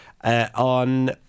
on